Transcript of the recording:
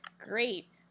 great